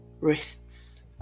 wrists